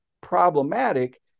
problematic